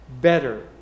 better